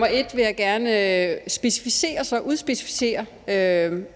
første vil jeg gerne specificere,